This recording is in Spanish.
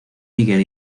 miguel